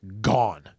gone